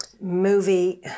movie